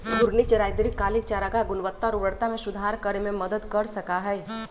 घूर्णी चराई दीर्घकालिक चारागाह गुणवत्ता और उर्वरता में सुधार करे में मदद कर सका हई